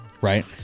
right